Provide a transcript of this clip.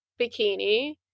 bikini